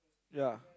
ya